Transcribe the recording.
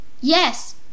Yes